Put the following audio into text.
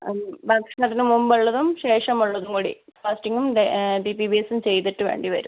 അത് ഭക്ഷണത്തിന് മുമ്പുള്ളതും ശേഷം ഉള്ളതും കൂടി ഫാസ്റ്റിംഗും ബി പി പി എസും ചെയ്തിട്ട് വരേണ്ടി വരും